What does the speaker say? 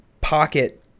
pocket